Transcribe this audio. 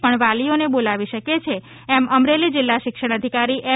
પણ વાલીઓને બોલાવી શકે છે એમ અમરેલી જિલ્લા શિક્ષણ અધિકારી એમ